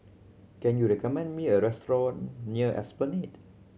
can you recommend me a restaurant near Esplanade